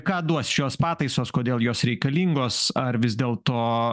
ką duos šios pataisos kodėl jos reikalingos ar vis dėlto